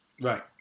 Right